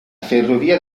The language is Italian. ferrovia